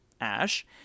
ash